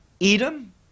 Edom